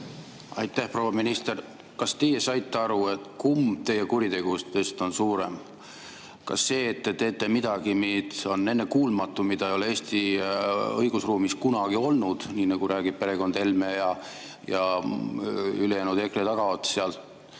Aitäh! Proua minister, kas teie saite aru, kumb teie kuritegudest on suurem? Kas see, et te teete midagi, mis on ennekuulmatu, mida ei ole Eesti õigusruumis kunagi olnud, nii nagu räägib perekond Helme ja ülejäänud EKRE tagaotsa?